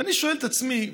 ואני שואל את עצמי: